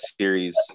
series